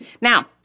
Now